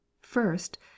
first